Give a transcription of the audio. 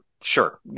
Sure